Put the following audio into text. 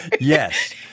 yes